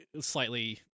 slightly